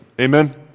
Amen